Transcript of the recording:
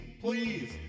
please